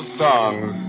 songs